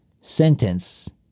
sentence